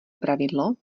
pravidlo